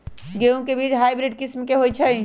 गेंहू के बीज हाइब्रिड किस्म के होई छई?